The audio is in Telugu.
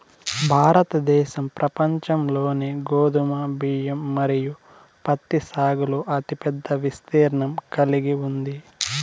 భారతదేశం ప్రపంచంలోనే గోధుమ, బియ్యం మరియు పత్తి సాగులో అతిపెద్ద విస్తీర్ణం కలిగి ఉంది